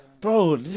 Bro